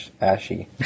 Ashy